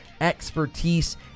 expertise